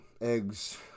eggs